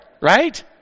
right